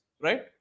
right